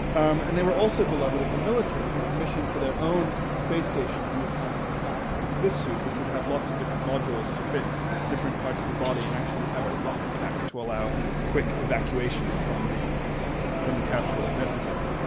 and they were also beloved of the military who commissioned for their own space station under planning at the time this suit which would have lots of different modules to fit different parts of the body and actually would have a rocket pack to allow quick evacuation from the from the capsule if necessary.